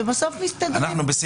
ובסוף אנחנו מסתדרים,